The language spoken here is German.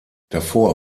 davor